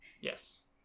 Yes